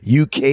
uk